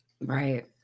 Right